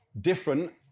different